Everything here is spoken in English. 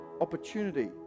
opportunity